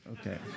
Okay